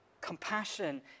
Compassion